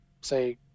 say